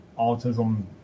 autism